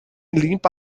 limpa